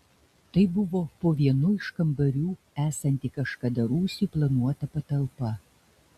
tai buvo po vienu iš kambarių esanti kažkada rūsiui planuota patalpa